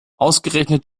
ausgerechnet